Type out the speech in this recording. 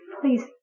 Please